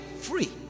Free